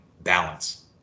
balance